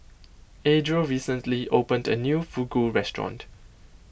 Adriel recently opened a new Fugu restaurant